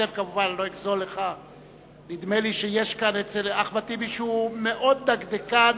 נדמה לי שיש כאן אצל אחמד טיבי, שהוא מאוד דקדקן